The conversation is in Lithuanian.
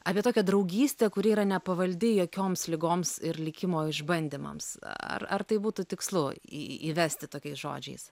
apie tokią draugystę kuri yra nepavaldi jokioms ligoms ir likimo išbandymams ar ar tai būtų tikslu įvesti tokiais žodžiais